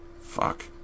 Fuck